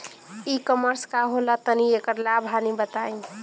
E commerce का होला तनि एकर लाभ हानि बताई?